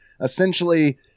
essentially